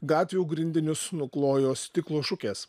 gatvių grindinius nuklojo stiklo šukės